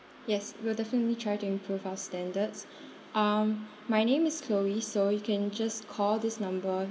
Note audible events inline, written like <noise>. yes we'll definitely try to improve our standards <breath> um my name is chloe so you can just call this number